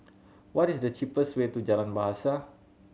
what is the cheapest way to Jalan Bahasa